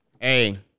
Hey